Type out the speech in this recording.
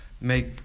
make